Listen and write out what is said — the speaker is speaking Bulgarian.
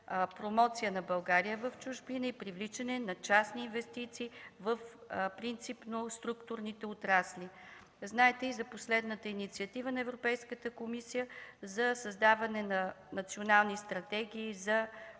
на България в чужбина и привличане на частни инвестиции в принципно структурните отрасли. Знаете и за последната инициатива на Европейската комисия за създаване на национални стратегии за